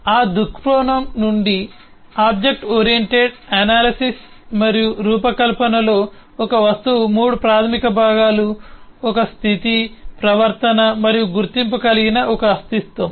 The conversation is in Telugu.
ఆ దృక్కోణం నుండి ఆబ్జెక్ట్ ఓరియెంటెడ్ విశ్లేషణ మరియు రూపకల్పనలో ఒక వస్తువు 3 ప్రాథమిక భాగాలు ఒక స్థితి ప్రవర్తన మరియు గుర్తింపు కలిగిన ఒక అస్తిత్వం